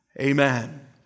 Amen